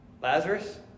Lazarus